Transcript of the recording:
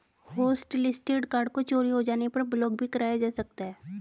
hotlisted card को चोरी हो जाने पर ब्लॉक भी कराया जा सकता है